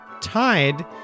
tied